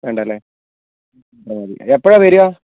വേണ്ട അല്ലെ അത് മതി എപ്പഴാണ് വരിക